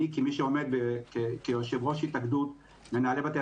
אני כיושב-ראש התאגדות מנהלי בתי